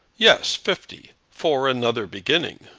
yes, fifty for another beginning.